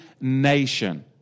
nation